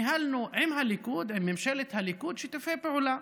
ניהלנו עם ממשלת הליכוד שיתופי פעולה.